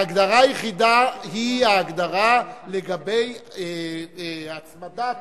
ההגדרה היחידה היא הגדרה לגבי הצמדת